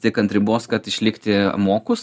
tik ant ribos kad išlikti mokūs